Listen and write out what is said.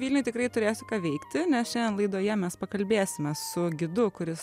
vilniuj tikrai turėsiu ką veikti nes šiandien laidoje mes pakalbėsime su gidu kuris